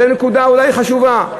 זו נקודה אולי חשובה.